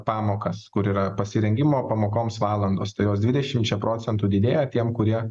pamokas kur yra pasirengimo pamokoms valandos tai jos dvidešimčia procentų didėja tiem kurie